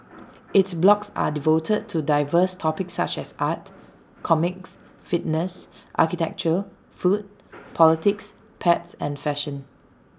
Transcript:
its blogs are devoted to diverse topics such as art comics fitness architecture food politics pets and fashion